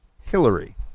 Hillary